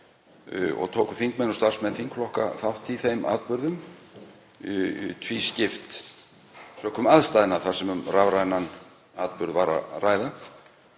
og tóku þingmenn og starfsmenn þingflokka þátt í þeim atburðum, tvískipt sökum aðstæðna þar sem um rafrænan atburð var að ræða.